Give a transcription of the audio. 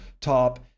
top